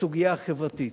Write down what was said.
בסוגיה החברתית.